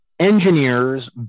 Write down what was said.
engineers